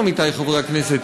עמיתי חברי הכנסת